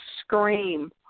scream